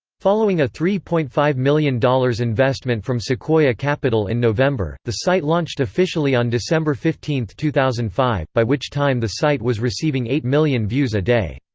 following a three point five million dollars investment from sequoia capital in november, the site launched officially on december fifteen, two thousand and five, by which time the site was receiving eight million views a day.